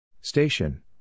Station